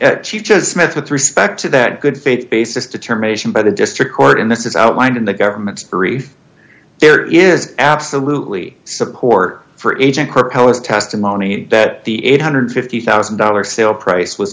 austin she chose smith with respect to that good faith basis determination by the district court in this as outlined in the government's brief there is absolutely support for agent proposed testimony that the eight hundred and fifty thousand dollars sale price was